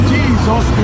Jesus